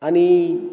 आणि